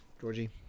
Georgie